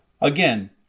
Again